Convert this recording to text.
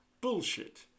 bullshit